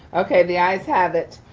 okay, the ayes have it.